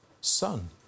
Son